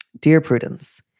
dear prudence.